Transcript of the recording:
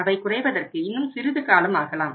அவை குறைவதற்கு இன்னும் சிறிது காலம் ஆகலாம்